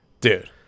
dude